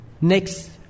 next